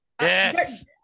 Yes